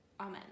Amen